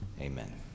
amen